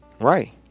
Right